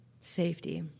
Safety